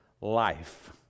life